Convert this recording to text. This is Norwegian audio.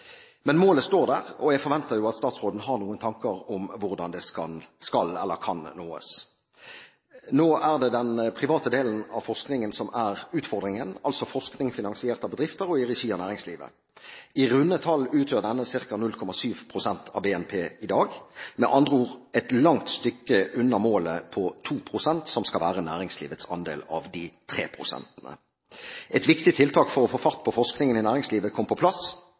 Men målet står der, og jeg forventer jo at statsråden har noen tanker om hvordan det kan nås. Nå er det den private delen av forskningen som er utfordringen, altså forskning finansiert av bedrifter og i regi av næringslivet. I runde tall utgjør denne ca. 0,7 pst. av BNP i dag, med andre ord et langt stykke unna målet på 2 pst., som skal være næringslivets andel av de 3 prosentene. Et viktig tiltak for å få fart på forskningen i næringslivet kom på plass